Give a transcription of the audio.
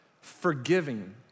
Forgiving